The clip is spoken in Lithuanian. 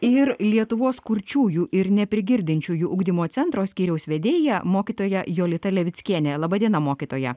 ir lietuvos kurčiųjų ir neprigirdinčiųjų ugdymo centro skyriaus vedėja mokytoja jolita levickienė laba diena mokytoja